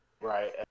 right